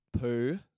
poo